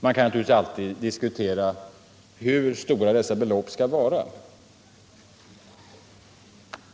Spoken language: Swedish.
Man kan naturligtvis alltid diskutera hur stora belopp som skall tas i anspråk.